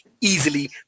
easily